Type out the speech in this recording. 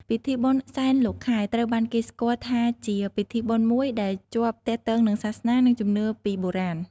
ពិធីបុណ្យសែនលោកខែ ត្រូវបានគេស្គាល់ថាជាពិធីបុណ្យមួយដែលជាប់ទាក់ទងនឹងសាសនា និងជំនឿពីបុរាណ។